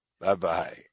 Bye-bye